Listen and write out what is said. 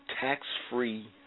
tax-free